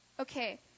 Okay